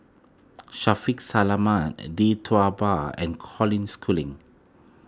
Shaffiq Selamat Tee Tua Ba and Colin Schooling